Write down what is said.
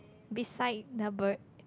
beside the bird